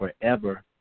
forever